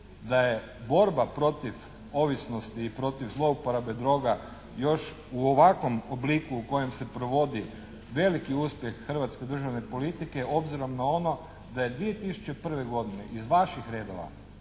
da je borba protiv ovisnosti i protiv zlouporabe droga još u ovakvom obliku u kojem se provodi veliki uspjeh hrvatske državne politike obzirom na ono da je 2001. godine iz vaših redova